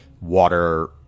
water